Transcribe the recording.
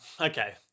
okay